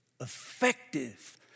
effective